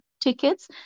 tickets